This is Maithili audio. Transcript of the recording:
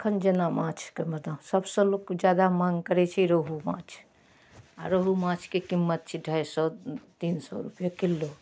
एखन जेना माँछके मे तऽ सबसँ लोक जादा माँग करै छै रोहु माँछ आओर रोहु माँछके कीमत छै अढ़ाइ सओ तीन सौ रुपैए किलो